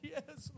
Yes